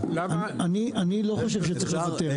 אני לא חושב שצריך לוותר,